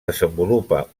desenvolupa